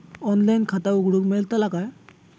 Online खाता उघडूक मेलतला काय?